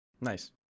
Nice